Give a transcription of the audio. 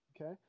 okay